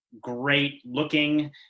great-looking